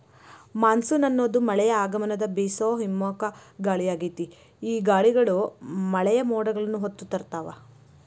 monsoon ಅನ್ನೋದು ಮಳೆಯ ಆಗಮನದ ಬೇಸೋ ಹಿಮ್ಮುಖ ಗಾಳಿಯಾಗೇತಿ, ಈ ಗಾಳಿಗಳು ಮಳೆಯ ಮೋಡಗಳನ್ನ ಹೊತ್ತು ತರ್ತಾವ